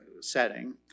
setting